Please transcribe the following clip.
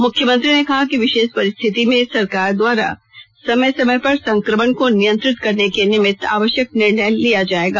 मुख्यमंत्री ने कहा कि विशेष परिस्थिति में सरकार द्वारा समय समय पर संक्रमण को नियंत्रित करने के निमित्त आवश्यक निर्णय लिया जाएगा